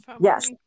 Yes